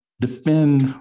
Defend